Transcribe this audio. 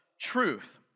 truth